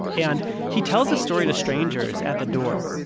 and he tells this story to strangers at the door.